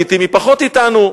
לעתים היא פחות אתנו,